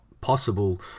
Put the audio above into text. possible